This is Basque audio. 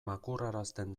makurrarazten